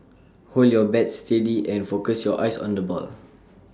hold your bat steady and focus your eyes on the ball